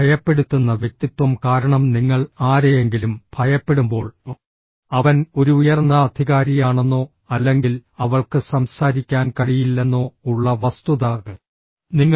ഭയപ്പെടുത്തുന്ന വ്യക്തിത്വം കാരണം നിങ്ങൾ ആരെയെങ്കിലും ഭയപ്പെടുമ്പോൾ അവൻ ഒരു ഉയർന്ന അധികാരിയാണെന്നോ അല്ലെങ്കിൽ അവൾക്ക് സംസാരിക്കാൻ കഴിയില്ലെന്നോ ഉള്ള വസ്തുത നിങ്ങൾക്ക്